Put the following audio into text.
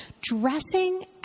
Dressing